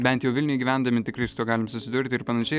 bent jau vilniuj gyvendami tikrai su tuo galim susidurti ir panašiai